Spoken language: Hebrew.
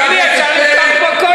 וגם חבר הכנסת,